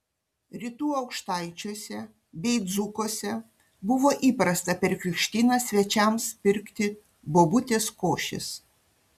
rytų aukštaičiuose bei dzūkuose buvo įprasta per krikštynas svečiams pirkti bobutės košės